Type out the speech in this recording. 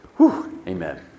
Amen